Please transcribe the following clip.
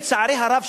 לצערי הרב,